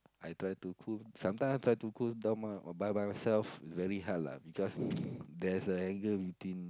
I try to cool sometimes I try to cool down my by myself it's very hard lah because there's a anger between